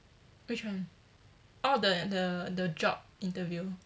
which one orh the the the job interview